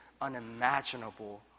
unimaginable